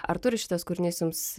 ar turi šitas kūrinys jums